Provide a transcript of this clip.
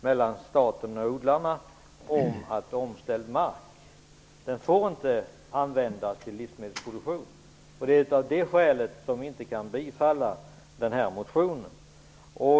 Den innebär att omställd mark inte får användas till livsmedelsproduktion. Det är av det skälet som vi inte kan tillstyrka den här motionen.